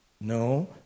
No